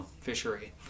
fishery